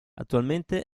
attualmente